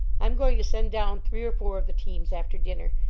i'm going to send down three or four of the teams after dinner,